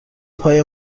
پای